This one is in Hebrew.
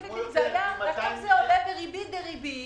זה עולה בריבית דריבית.